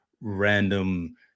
random